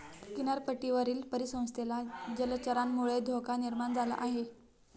किनारपट्टीवरील परिसंस्थेला जलचरांमुळे धोका निर्माण झाला आहे